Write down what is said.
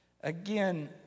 Again